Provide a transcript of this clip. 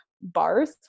bars